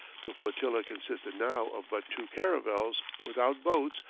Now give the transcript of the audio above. the flotilla consisted now of but two caravels, without boats,